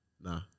nah